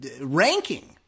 ranking